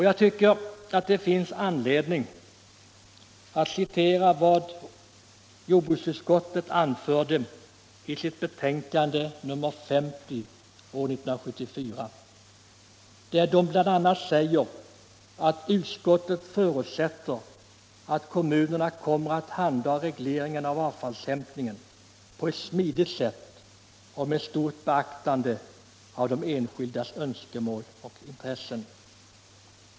Jag tycker att det finns anledning att hänvisa till vad jordbruksutskottet anförde i sitt betänkande nr 50 år 1974, där det bl.a. sägs att utskottet förutsätter att kommunerna kommer att handha regleringen av avfallshämtningen på ett smidigt sätt och med stort beaktande av de enskildas önskemål och intressen.